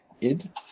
Id